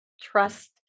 trust